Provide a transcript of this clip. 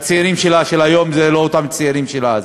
הצעירים שלה של היום הם לא אותם צעירים של אז.